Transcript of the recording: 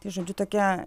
tai žodžiu tokia